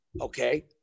okay